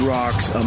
Rock's